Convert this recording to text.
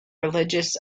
religious